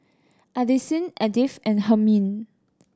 Addisyn Edyth and Hermine